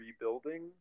rebuilding